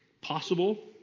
Possible